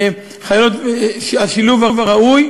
של השילוב הראוי,